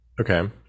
okay